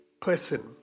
person